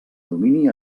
domini